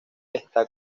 está